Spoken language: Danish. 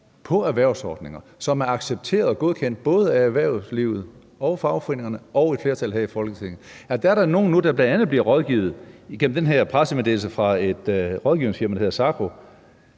på erhvervsordninger, som er accepteret og godkendt af både erhvervslivet og af fagforeningerne og af et flertal her i Folketinget, der bl.a. bliver rådgivet igennem den her pressemeddelelse fra et rådgivningsfirma, der hedder SAGRO